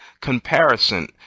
comparison